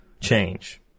change